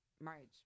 marriage